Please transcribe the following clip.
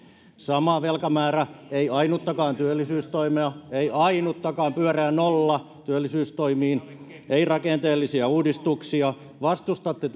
sama velkamäärä ei ainuttakaan työllisyystoimea ei ainuttakaan pyöreä nolla työllisyystoimissa ei rakenteellisia uudistuksia vastustatte